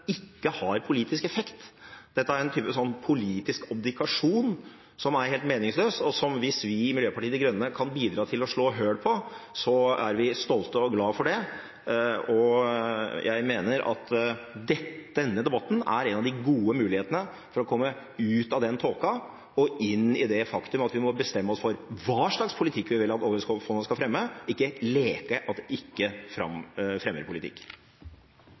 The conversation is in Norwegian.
ikke har politisk effekt? Dette er en form for politisk abdikasjon som er helt meningsløs, og hvis vi i Miljøpartiet De Grønne kan bidra til å slå høl på dette, er vi stolte og glade for det. Og jeg mener at denne debatten er en av de gode mulighetene for å komme ut av den tåka og inn i det faktum at vi må bestemme oss for hva slags politikk vi vil at oljefondet skal fremme – ikke leke at det ikke fremmer politikk.